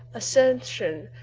ascension,